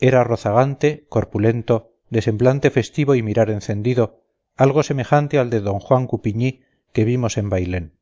era rozagante corpulento de semblante festivo y mirar encendido algo semejante al de d juan coupigny que vimos en bailén